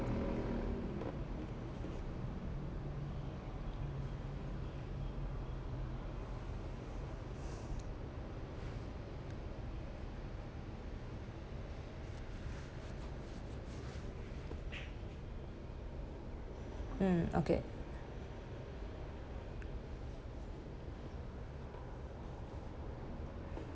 mm okay